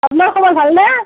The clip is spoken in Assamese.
তোমাৰ খবৰ ভাল নে